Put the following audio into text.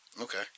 Okay